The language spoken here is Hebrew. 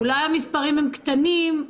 אולי המספרים הם קטנים,